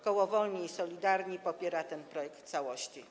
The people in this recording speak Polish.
Koło Wolni i Solidarni popiera ten projekt w całości.